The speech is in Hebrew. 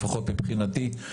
לפחות מבחינתי,